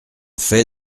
fait